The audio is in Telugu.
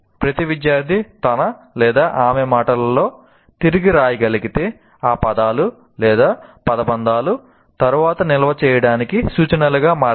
ప్రతి విద్యార్థి తన ఆమె మాటలలో తిరిగి వ్రాయగలిగితే ఆ పదాలు పదబంధాలు తరువాత నిల్వ చేయడానికి సూచనలుగా మారతాయి